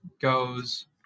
goes